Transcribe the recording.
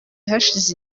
hashize